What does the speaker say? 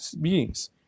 beings